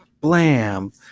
blam